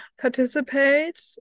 participate